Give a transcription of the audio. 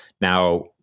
Now